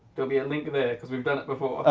there'll be a link there, cause we've done it before.